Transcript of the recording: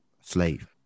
slave